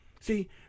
See